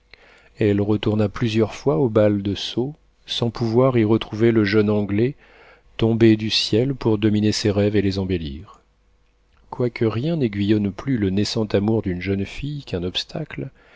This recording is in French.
elle retourna plusieurs fois au bal de sceaux sans pouvoir y trouver le jeune anglais tombé du ciel pour dominer ses rêves et les embellir quoique rien n'aiguillonne plus le naissant amour d'une jeune fille qu'un obstacle